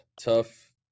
tough